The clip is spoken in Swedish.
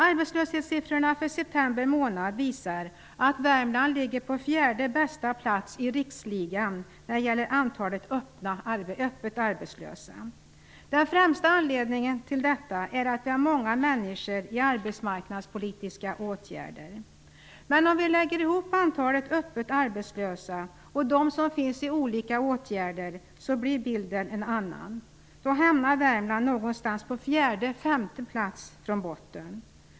Arbetslöshetssiffrorna för september månad visar att Värmland ligger på fjärde bästa plats i riksligan när det gäller antalet öppet arbetslösa. Den främsta anledningen till detta är att vi har många människor i arbetsmarknadspolitiska åtgärder. Men om vi lägger ihop antalet öppet arbetslösa och de som finns i olika åtgärder blir bilden en annan. Då hamnar Värmland någonstans på fjärde, femte plats från botten.